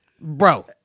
Bro